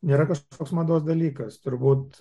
nėra kažkoks mados dalykas turbūt